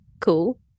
Cool